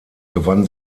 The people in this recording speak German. gewann